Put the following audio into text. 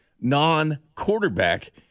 non-quarterback